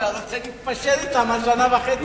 אתה רוצה להתפשר אתם על שנה וחצי.